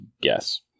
guess